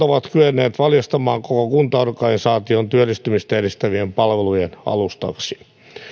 ovat kyenneet valjastamaan koko kuntaorganisaation työllistymistä edistävien palvelujen alustaksi